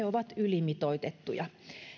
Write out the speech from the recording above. ovat ylimitoitettuja